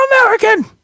american